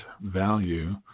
value